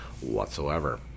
whatsoever